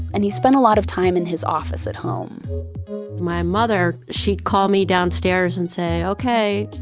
and he spent a lot of time in his office at home my mother, she'd call me downstairs and say, okay,